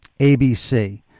ABC